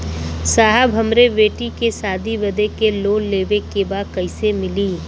साहब हमरे बेटी के शादी बदे के लोन लेवे के बा कइसे मिलि?